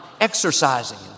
exercising